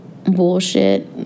Bullshit